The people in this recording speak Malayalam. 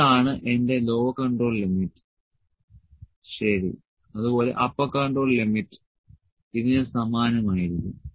ഇതാണ് എന്റെ ലോവർ കൺട്രോൾ ലിമിറ്റ് ശരി അതുപോലെ അപ്പർ കൺട്രോൾ ലിമിറ്റ് ഇതിന് സമാനമായിരിക്കും